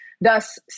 thus